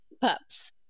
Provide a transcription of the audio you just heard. pups